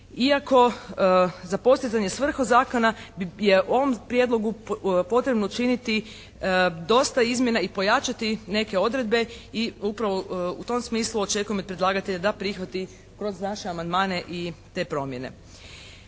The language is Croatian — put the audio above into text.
iako za postizanje svrhe zakona je u ovom prijedlogu potrebno učiniti dosta izmjena i pojačati neke odredbe i upravo u tom smislu očekujemo i od predlagatelja da prihvati kroz naše amandmane i te promjene.